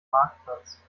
marktplatz